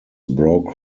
broke